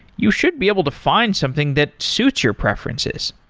you should be able to find something that suits your preferences.